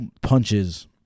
punches